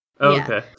Okay